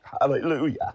Hallelujah